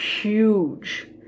huge